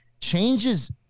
changes